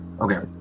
okay